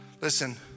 Listen